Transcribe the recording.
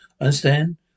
understand